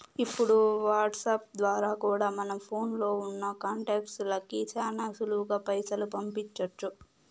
ఇప్పుడు వాట్సాప్ ద్వారా కూడా మన ఫోన్లో ఉన్నా కాంటాక్ట్స్ లకి శానా సులువుగా పైసలు పంపించొచ్చు